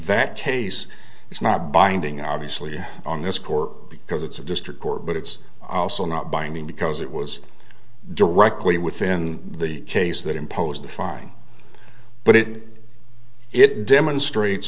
that case is not binding obviously on this court because it's a district court but it's also not binding because it was directly within the case that imposed a fine but it it demonstrates